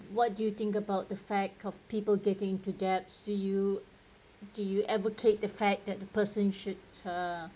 what do you think about the fact of people getting into debts to you do you advocate the fact that the person should uh